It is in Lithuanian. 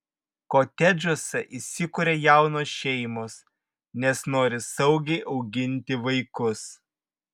kotedžuose įsikuria jaunos šeimos nes nori saugiai auginti vaikus